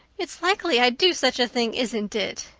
it's likely i'd do such a thing, isn't it?